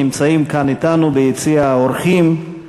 שנמצאים כאן אתנו ביציע האורחים,